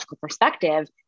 perspective